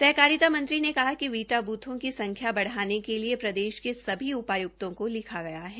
सहकारिता मंत्री ने कहा कि वीटा ब्रथों की संख्या बढ़ाने के लिए प्रदेश में सभी आयुक्तों को लिखा गया है